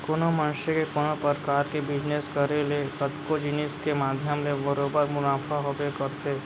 कोनो मनसे के कोनो परकार के बिजनेस करे ले कतको जिनिस के माध्यम ले बरोबर मुनाफा होबे करथे